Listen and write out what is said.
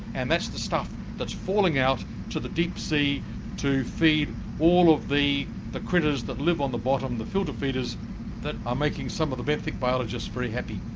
and that's the stuff that's falling out to the deep sea to feed all of the the critters that live on the bottom, the filter feeders that are making some of the benthic biologists very happy.